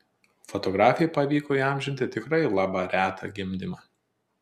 fotografei pavyko įamžinti tikrai labą retą gimdymą